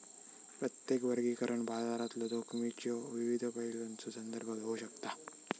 प्रत्येक वर्गीकरण बाजारातलो जोखमीच्यो विविध पैलूंचो संदर्भ घेऊ शकता